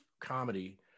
comedy